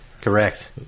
Correct